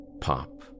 Pop